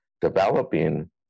developing